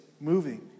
moving